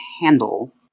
handle